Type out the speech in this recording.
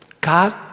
God